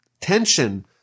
tension